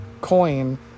coin